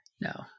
No